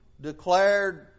declared